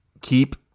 keep